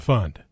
Fund